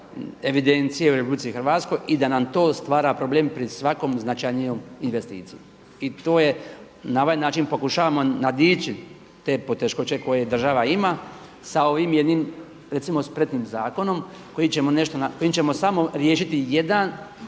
evidencije u RH i da nam to stvara problem pri svakoj značajnijoj investiciji. I to na ovaj način pokušavam nadići te poteškoće koje država ima sa ovim jednim recimo spretnim zakonom kojim ćemo samo riješiti jedan